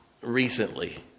Recently